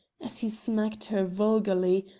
as he smacked her vulgarly,